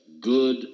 good